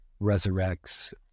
resurrects